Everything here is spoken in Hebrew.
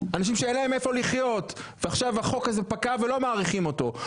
אנשים שאין להם איפה לחיות ועכשיו תוקף החוק הזה פגע ולא מאריכים אותו,